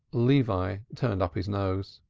levi turned up his nose.